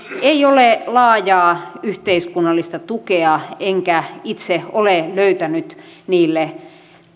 ei ole laajaa yhteiskunnallista tukea enkä itse ole löytänyt niille